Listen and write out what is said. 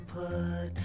put